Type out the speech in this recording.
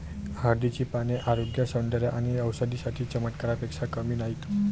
हळदीची पाने आरोग्य, सौंदर्य आणि औषधी साठी चमत्कारापेक्षा कमी नाहीत